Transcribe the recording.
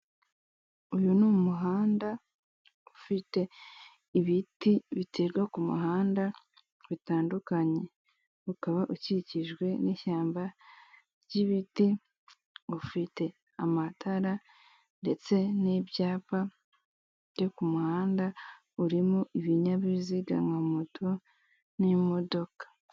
Uyu ni umuhanda ufite ibiti biterwa ku muhanda bitandukanye, ukaba ukikijwe n'ishyamba ry'ibiti, ufite amatara ndetse n'ibyapa byo ku muhanda urimo ibinyabiziga nka moto n'imodoka.